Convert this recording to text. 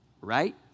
right